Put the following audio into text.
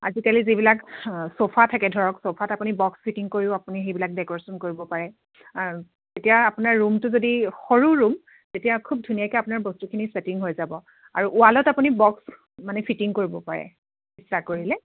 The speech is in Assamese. আজি কালি যিবিলাক চ'ফা থাকে ধৰক চ'ফাত আপুনি বক্স ফিটিং কৰিও আপুনি সেইবিলাক ডেক'ৰেচন কৰিব পাৰে আৰু এতিয়া আপোনাৰ ৰুমটো যদি সৰু ৰুম তেতিয়া খুব ধুনীয়াকৈ আপোনাৰ বস্তুখিনি চেটিং হৈ যাব আৰু ৱালত আপুনি বক্স মানে ফিটিং কৰিব পাৰে ইচ্ছা কৰিলে